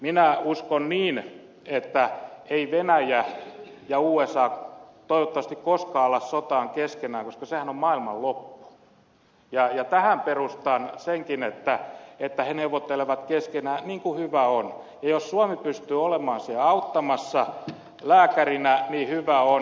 minä uskon niin että eivät venäjä ja usa toivottavasti koskaan ala sotaan keskenään koska sehän on maailmanloppu ja tähän perustan senkin että ne neuvottelevat keskenään niin kuin hyvä on ja jos suomi pystyy olemaan siinä auttamassa lääkärinä niin hyvä on